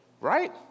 right